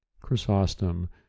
Chrysostom